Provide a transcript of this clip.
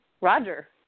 Roger